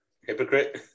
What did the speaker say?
hypocrite